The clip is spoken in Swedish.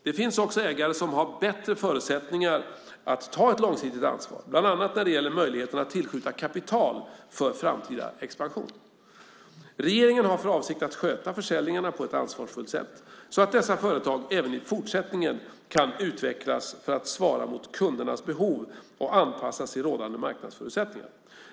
Det finns också ägare som har bättre förutsättningar att ta ett långsiktigt ansvar, bland annat när det gäller möjligheten att tillskjuta kapital för framtida expansion. Regeringen har för avsikt att sköta försäljningarna på ett ansvarsfullt sätt, så att dessa företag även i fortsättningen kan utvecklas för att svara mot kundernas behov och anpassas till rådande marknadsförutsättningar.